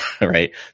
right